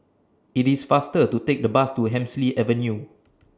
IT IS faster to Take The Bus to Hemsley Avenue